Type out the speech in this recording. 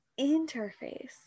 interface